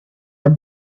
are